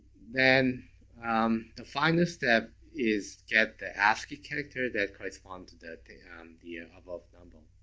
then um the final step is get the ascii character that correspond to the to um the ah above number.